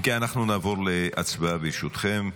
אם כן, אנחנו נעבור להצבעה, ברשותכם.